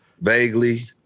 Vaguely